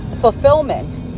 fulfillment